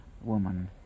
woman